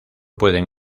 pueden